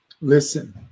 Listen